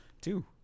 two